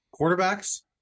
Quarterbacks